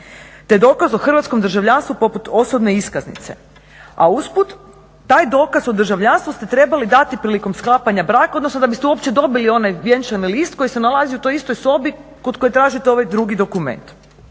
te dokaz o hrvatskom državljanstvu poput osobne iskaznice. A usput taj dokaz o državljanstvu ste trebali dati prilikom sklapanja braka, odnosno da biste uopće dobili onaj vjenčani list koji se nalazi u toj istoj sobi kod kojeg tražite ovaj drugi dokument.